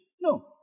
No